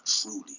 truly